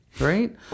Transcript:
Right